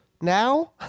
Now